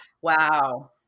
Wow